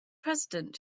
president